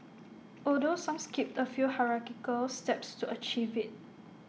although some skipped A few hierarchical steps to achieve IT